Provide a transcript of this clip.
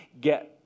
get